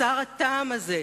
סר הטעם הזה,